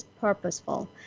purposeful